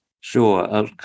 Sure